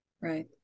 Right